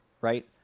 right